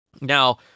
Now